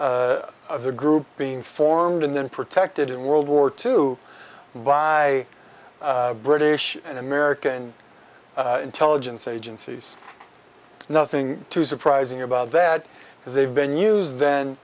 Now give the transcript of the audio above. of the group being formed and then protected in world war two by british and american intelligence agencies nothing too surprising about that because they've been used then